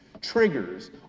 triggers